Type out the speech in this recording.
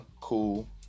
cool